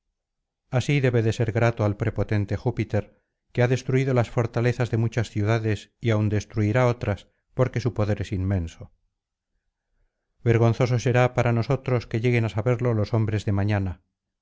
así debe de ser grato al prepotente júpiter que ha destruido las fortalezas de muchas ciudades y aun destruirá otras porque su poder es inmenso ergonzoso será para nosotros que lleguen á saberlo los hombres de mañana